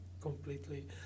completely